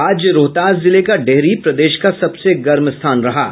आज रोहतास जिले का डेहरी प्रदेश का सबेस गर्म स्थान रहा है